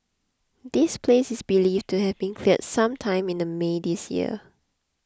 the place is believed to have been cleared some time in the May this year